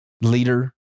leader